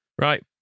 right